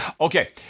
Okay